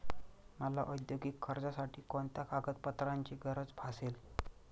मला औद्योगिक कर्जासाठी कोणत्या कागदपत्रांची गरज भासेल?